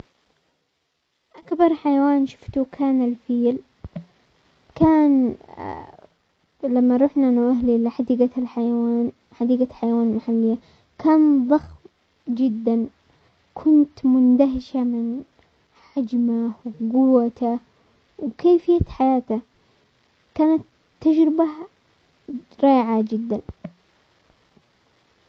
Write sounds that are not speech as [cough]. اكبر حيوان شفته كان الفيل، كان [hesitation] لما رحنا انا وهلي لحديقة الحيوان، حديقة حيوان محلية، كان ضخم جدا، كنت مندهشة من حجمه وقوته وكيفية حياته، كانت تجربة رائعة جدا.